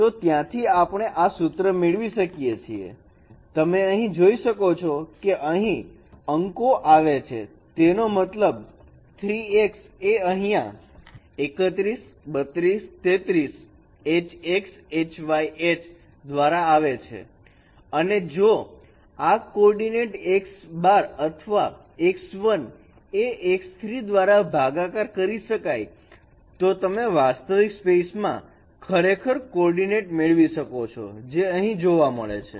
તો ત્યાંથી આપણે આ સૂત્ર મેળવી શકીએ છીએતમે અહીં જોઈ શકો છો કે અહીં અંકો આવે છે તેનો મતલબ 3x એ અહીંયા 31 32 33 h x h y h દ્વારા આવે છે અને જો આ કોઓર્ડીનેટ x' અથવા x1 એ x3 દ્વારા ભાગાકાર કરી શકાય તો તમે વાસ્તવિક સ્પેસ માં ખરેખર કોર્ડીનેટ મેળવી શકો છો જે અહીં જોવા મળે છે